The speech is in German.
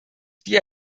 die